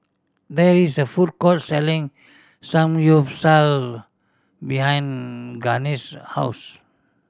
there is a food court selling Samgyeopsal behind Gaines' house